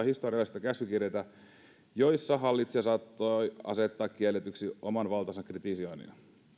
historiallisia käskykirjeitä joissa hallitsija saattoi asettaa kielletyksi oman valtansa kritisoinnin